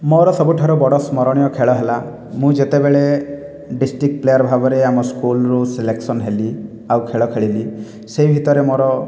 ମୋର ସବୁଠାରୁ ବଡ଼ ସ୍ମରଣୀୟ ଖେଳ ହେଲା ମୁଁ ଯେତେବେଳେ ଡିଷ୍ଟ୍ରିକ୍ଟ ପ୍ଲେୟାର ଭାବରେ ଆମ ସ୍କୁଲରୁ ସିଲେକ୍ସନ ହେଲି ଆଉ ଖେଳ ଖେଳିଲି ସେହି ଭିତରେ ମୋର